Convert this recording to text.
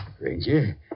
Ranger